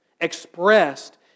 expressed